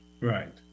Right